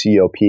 cop